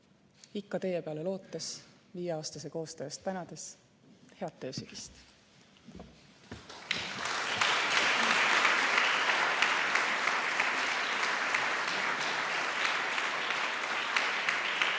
Ikka teie peale lootes, viieaastase koostöö eest tänades. Head töösügist!